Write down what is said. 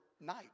night